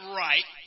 right